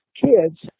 kids